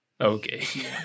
Okay